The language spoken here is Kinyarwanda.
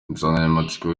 insanganyamatsiko